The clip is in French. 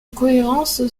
cohérence